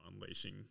unleashing